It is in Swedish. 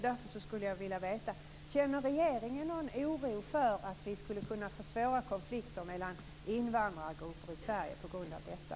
Därför skulle jag vilja veta: Känner regeringen någon oro för att vi skulle kunna få svåra konflikter mellan invandrargrupper i Sverige på grund av detta?